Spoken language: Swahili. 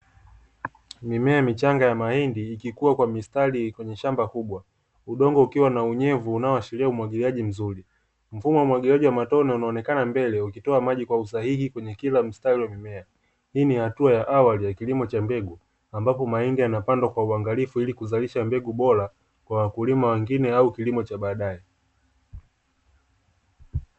Mimea michanga ya mahindi ikikua kwa mistari kwenye shamba kubwa. Udongo ukiwa na unyevu unaoashiria umwagiliaji mzuri. Mfumo wa umwagiliaji wa matone unaonekana mbele, ukitoa maji kwa usahihi kwenye kila mstari wa mimea. Hii ni hatua ya awali ya kilimo cha mbegu, ambapo mahindi yanapandwa kwa uangalifu ili kuzalisha mbegu bora kwa wakulima wengine au kilimo cha baadaye.